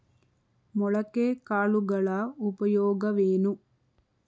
ಮೊಳಕೆ ಕಾಳುಗಳ ಉಪಯೋಗವೇನು?